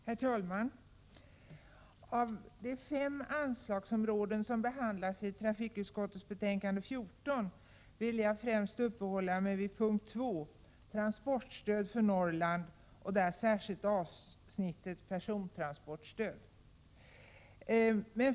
Herr talman! Av de fem anslagsområden som behandlas i trafikutskottets betänkande 14 vill jag främst uppehålla mig vid punkt 2 beträffande transportstöd till Norrland. Det gäller särskilt avsnittet persontransportstöd.